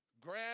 grab